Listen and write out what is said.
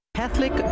Catholic